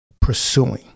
pursuing